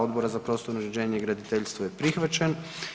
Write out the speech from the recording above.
Odbora za prostorno uređenje i graditeljstvo je prihvaćen.